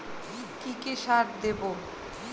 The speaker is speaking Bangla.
কি কি সার দেবো?